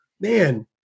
man